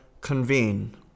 convene